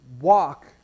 walk